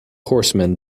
horseman